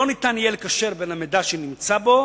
לא יהיה אפשר לקשר בין המידע שנמצא בו